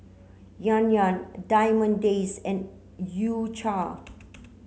Yan Yan Diamond Days and U Cha